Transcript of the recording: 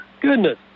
goodness